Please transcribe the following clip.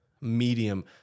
medium